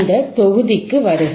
இந்த தொகுதிக்கு வருக